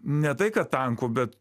ne tai kad tankų bet